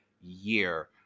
year